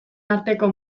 arteko